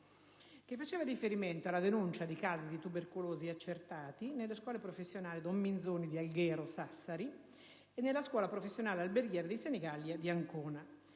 che faceva riferimento alla denuncia di casi di tubercolosi accertati nella scuola professionale «Don Minzoni» di Alghero (Sassari) e nella scuola professionale alberghiera di Senigallia (Ancona),